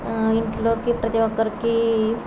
ఇంట్లోకి ప్రతి ఒక్కరికీ